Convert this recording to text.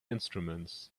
instruments